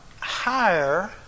higher